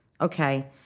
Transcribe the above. Okay